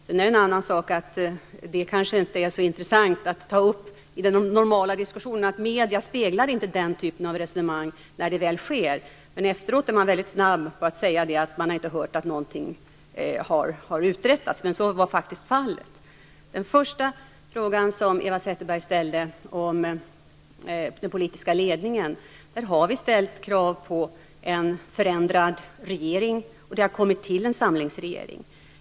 Sedan är det en annan sak att det kanske inte är så intressant att ta upp de normala diskussionerna. Medierna speglar inte den typen av resonemang när de väl sker. Efteråt är man väldigt snabb att säga att man inte hört att någonting har uträttats, men så var faktiskt fallet. När det gäller den första fråga som Eva Zetterberg ställde om den politiska ledningen har vi ställt krav på en förändrad regering, och det har kommit till en samlingsregering.